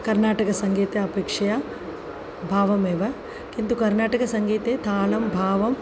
कर्नाटकसङ्गीतापेक्षया भावमेव किन्तु कर्नाटकसङ्गीते तालं भावम्